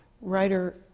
writer